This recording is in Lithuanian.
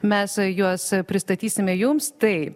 mes juos pristatysime jums tai